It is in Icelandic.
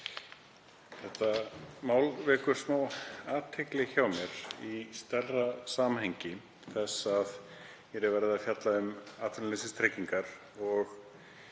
Þetta mál vekur athygli hjá mér í stærra samhengi. Hér er verið að fjalla um atvinnuleysistryggingar og